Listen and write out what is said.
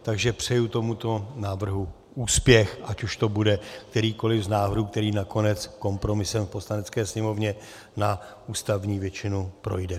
Takže přeji tomuto návrhu úspěch, ať už to bude kterýkoliv z návrhů, který nakonec kompromisem v Poslanecké sněmovně na ústavní většinu projde.